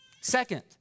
Second